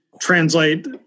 translate